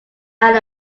out